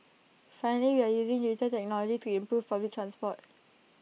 finally we are using digital technology to improve public transport